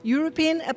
European